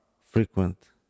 frequent